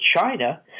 China